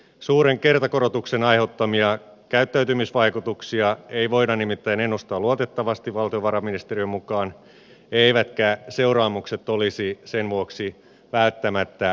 suuren kertakorotuksen aiheuttamia käyttäytymisvaikutuksia ei voida nimittäin ennustaa luotettavasti valtiovarainministeriön mukaan eivätkä seuraamukset olisi sen vuoksi välttämättä hallittavia